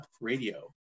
radio